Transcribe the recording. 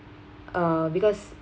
uh because